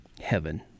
heaven